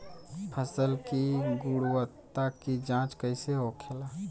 फसल की गुणवत्ता की जांच कैसे होखेला?